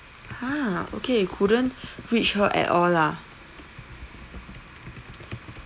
!huh! okay couldn't reach her at all lah